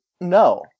no